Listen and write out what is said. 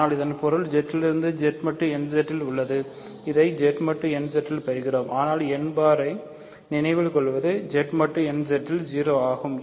ஆனால் இதன் பொருள் இது Z லிருந்து Z மட்டு nZ இல் உள்ளது இதை Z மட்டு nZ இல் பெறுகிறோம் ஆனால் n பார் யை நினைவில் கொள்வது Z மட்டு nZ இல் 0 ஆகும்